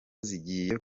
zigiye